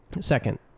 Second